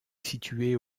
situé